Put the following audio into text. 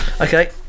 Okay